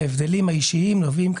ההבדלים האישיים נובעים,